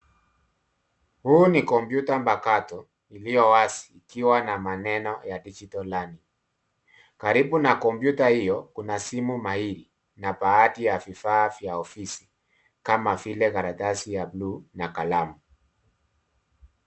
Huu ni kompyuta mpakato iliyo wazi ikiwa na maneno ya digital learning .Karibu na kompyuta hio, kuna simu mahiri na baadhi ya vifaa vya ofisi kama vile karatasi ya bluu na kalamu.